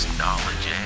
knowledge